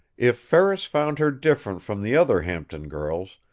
if ferris found her different from the other hampton girls,